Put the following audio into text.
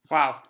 Wow